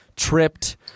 tripped